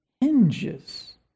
hinges